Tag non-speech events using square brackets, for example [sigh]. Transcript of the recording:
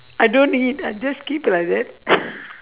I don't eat I'll just keep like that [laughs]